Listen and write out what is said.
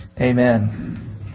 Amen